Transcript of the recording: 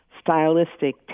stylistic